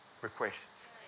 requests